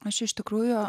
aš iš tikrųjų